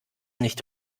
nicht